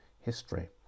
history